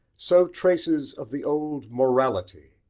so traces of the old morality,